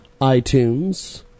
iTunes